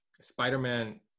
Spider-Man